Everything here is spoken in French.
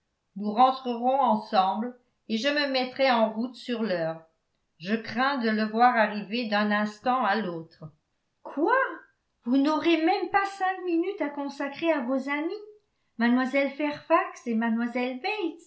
nous rentrerons ensemble et je me mettrai en route sur l'heure je crains de le voir arriver d'un instant à l'autre quoi vous n'aurez même pas cinq minutes à consacrer à vos amies mlle fairfax et